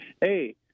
Hey